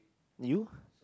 you